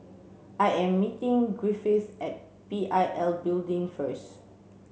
I am meeting Griffith at P I L Building first